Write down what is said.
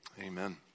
amen